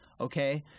okay